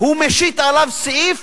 הוא משית עליו סעיף